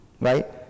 Right